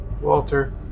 Walter